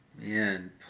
Man